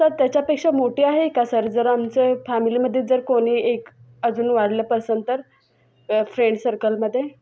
sir त्याच्यापेक्षा मोठी आहे का सर जरा आमचं फॅमिलीमध्ये जर कोणी एक अजून वाढलं पर्सन तर फ्रेंड सर्कलमध्ये